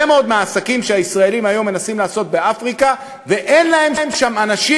מאוד מהעסקים שהישראלים היום מנסים לעשות באפריקה ואין להם שם אנשים